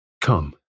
come